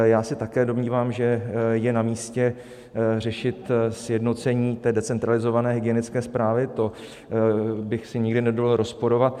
Já se také domnívám, že je namístě řešit sjednocení té decentralizované hygienické správy, to bych si nikdy nedovolil rozporovat.